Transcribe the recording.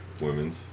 Women's